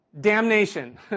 damnation